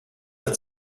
der